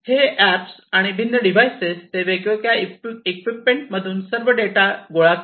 हे अॅप्स आणि भिन्न डिव्हाइसेस ते वेगवेगळ्या इक्विपमेंटमधून हा सर्व डेटा कलेक्ट करतात